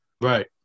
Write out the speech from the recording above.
Right